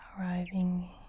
arriving